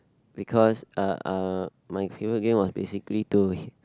because uh my favourite game was basically to h~